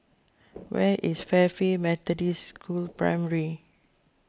where is Fairfield Methodist School Primary